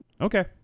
Okay